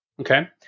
Okay